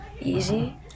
Easy